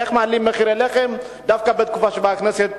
איך מעלים מחירי לחם דווקא בתקופה שבה הכנסת בפגרה.